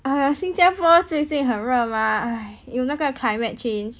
!aiya! 新加坡最近很热 mah 有那个 climate change